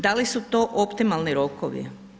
Da li su to optimalni rokovi?